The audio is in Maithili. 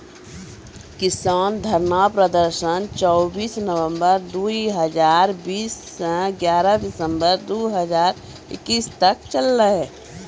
किसान धरना प्रदर्शन चौबीस नवंबर दु हजार बीस स ग्यारह दिसंबर दू हजार इक्कीस तक चललै